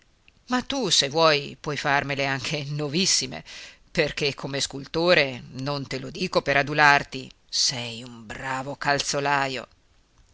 ma tu se vuoi puoi farmele nuovissime perché come scultore non te lo dico per adularti sei un bravo calzolajo